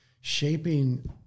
Shaping